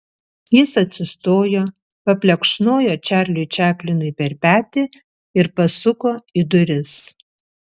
jis atsistojo paplekšnojo čarliui čaplinui per petį ir pasuko į duris